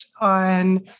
on